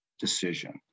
decision